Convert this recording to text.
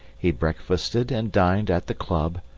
he breakfasted and dined at the club,